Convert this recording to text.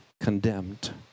condemned